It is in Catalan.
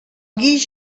guix